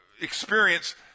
experience